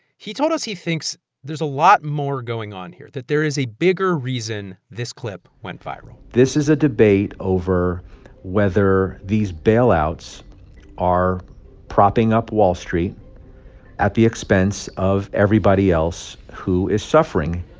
he told us he thinks there's a lot more going on here that there is a bigger reason this clip went viral this is a debate over whether these bailouts are propping up wall street at the expense of everybody else who is suffering.